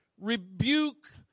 rebuke